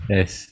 Yes